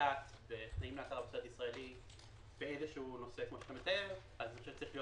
לגעת בתנאים להכרה בסרט ישראלי באיזשהו נושא שאתה מתאר אז זה צריך להיות